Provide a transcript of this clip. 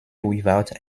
without